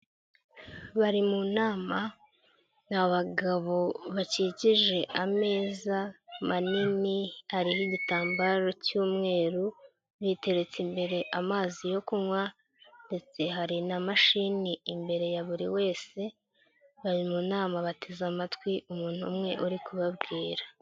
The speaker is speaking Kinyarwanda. Bari mu nama ni abagabo bakikije ameza manini ariho igitambaro cy'umweru biteretse imbere amazi yo kunywa ndetse hari na mashini imbere ya buri wese bari mu nama bateze amatwi umuntu umwe uri kubabwira.